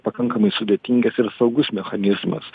pakankamai sudėtingas ir saugus mechanizmas